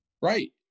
Right